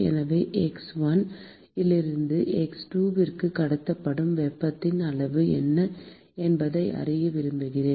எனவே x1 இலிருந்து x2க்கு கடத்தப்படும் வெப்பத்தின் அளவு என்ன என்பதை அறிய விரும்புகிறேன்